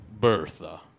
Bertha